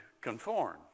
conform